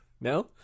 No